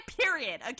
period